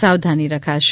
સાવધાની રખાશે